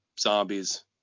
zombies